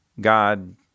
God